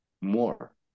more